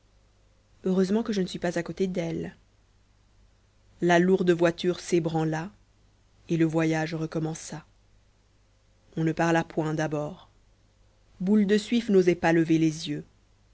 heureusement que je ne suis pas à côté d'elle la lourde voiture s'ébranla et le voyage recommença on ne parla point d'abord boule de suif n'osait pas lever les yeux